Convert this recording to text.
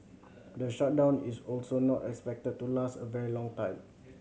the shutdown is also not expected to last a very long time